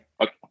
Okay